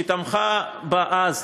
שתמכה בה אז